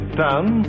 done